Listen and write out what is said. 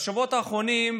בשבועות האחרונים,